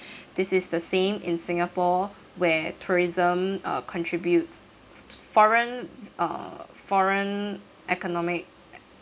this is the same in singapore where tourism uh contributes foreign uh foreign economic